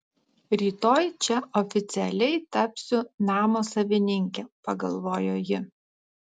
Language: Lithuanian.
rytoj čia oficialiai tapsiu namo savininke pagalvojo ji